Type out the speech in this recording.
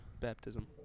Baptism